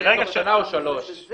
תוך שנה, או שלוש, או חמש.